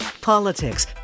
politics